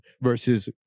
versus